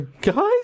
guys